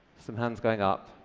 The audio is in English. some hands going up.